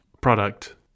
product